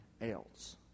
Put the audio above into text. else